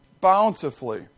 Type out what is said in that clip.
bountifully